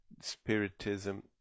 Spiritism